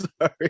Sorry